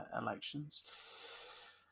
elections